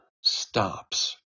stops